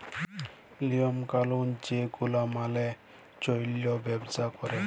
লিওম কালুল যে গুলা মালে চল্যে ব্যবসা ক্যরে